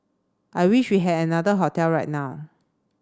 I wish we had another hotel right now